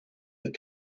that